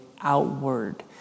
outward